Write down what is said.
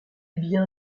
bien